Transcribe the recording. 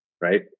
right